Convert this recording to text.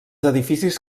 edificis